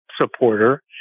supporter